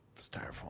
styrofoam